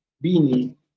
bini